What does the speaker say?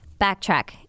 Backtrack